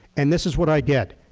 and this is what i get,